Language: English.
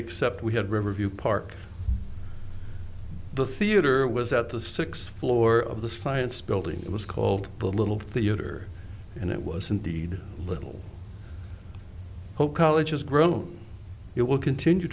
except we had riverview park the theater was at the sixth floor of the science building it was called the little theater and it was indeed little hope college has grown it will continue